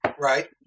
Right